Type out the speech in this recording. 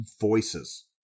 voices